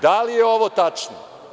Da li je ovo tačno?